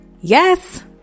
yes